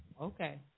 Okay